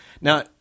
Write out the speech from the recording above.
Now